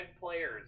players